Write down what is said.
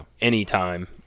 anytime